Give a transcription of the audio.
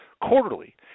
quarterly